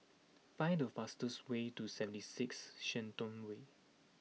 find the fastest way to seventy six Shenton Way